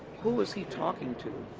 who is he talking to.